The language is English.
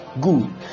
Good